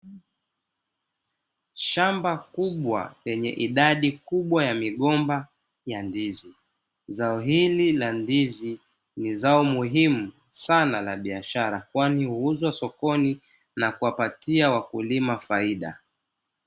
Shamba kubwa lenye idadi kubwa ya migomba ya ndizi. Zao hili la ndizi ni zao muhimu sana la biashara, kwani huuzwa sokoni na kuwapatia wakulima faida.